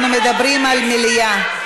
מירב, למה לא ביקשת, אנחנו מדברים על מליאה.